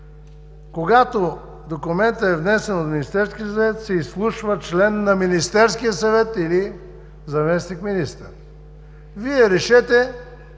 когато документът е внесен от Министерския съвет, се изслушва член на Министерския съвет или заместник-министър. Вие решете